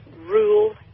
rule